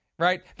Right